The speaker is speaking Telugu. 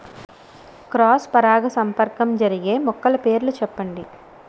క్రాస్ పరాగసంపర్కం జరిగే మొక్కల పేర్లు చెప్పండి?